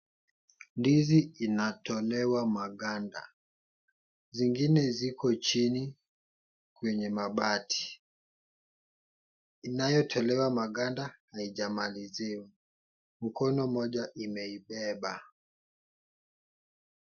Ndizi inatolewa maganda. Zingine ziko chini kwenye mabati. Inayotolewa haijamaliziwa. Mkono mmoja umeibeba.